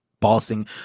bossing